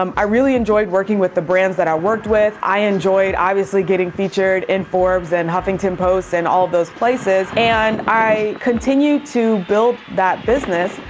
um i really enjoyed working with the brands that i worked with. i enjoyed obviously getting featured in forbes and huffington post and all those places and i continued to build that business.